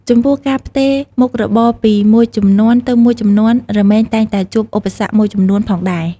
ចំពោះការផ្ទេរមុខរបរពីមួយជំនាន់ទៅមួយជំនាន់រមែងតែងតែជួបឧបសគ្គមួយចំនួនផងដែរ។